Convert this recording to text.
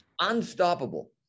Unstoppable